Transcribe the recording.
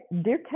dear